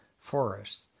forests